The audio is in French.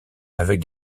avec